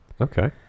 Okay